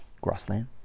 grassland